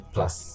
Plus